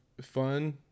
fun